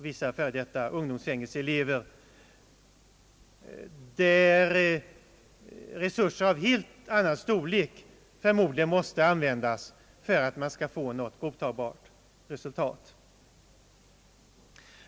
Där behövs det förmodligen resurser av en helt annan storlek och också annan art för att nå ett fullgott resultat.